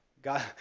God